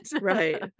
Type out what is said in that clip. right